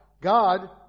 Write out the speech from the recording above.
God